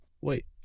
Wait